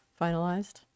finalized